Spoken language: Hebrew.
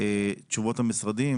תשובות המשרדים,